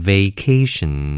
Vacation